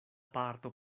parto